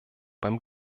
beim